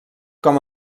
com